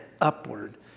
upward